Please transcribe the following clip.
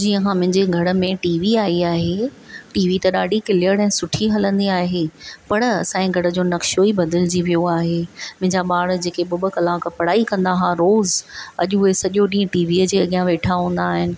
जीअं खां मुंहिंजे घर में टी वी आई आहे टी वी त ॾाढी क्लियर ऐं सुठी हलंदी आहे पर असांजे घर जो नक्शो ई बदिलिजी वियो आहे मुंहिंजा ॿार जेके ॿ ॿ कलाक पढ़ाई कंदा हा रोज़ु अॼु उहे सॼो ॾींहुं टीवीअ जे अॻियां वेठा हूंदा आहिनि